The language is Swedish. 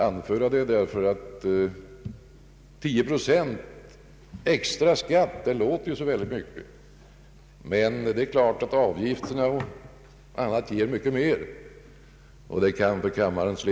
10 procent extra skatt låter så mycket, men de av regeringen = föreslagna avgiftsökningarna m.m. ger naturligtvis mycket mer.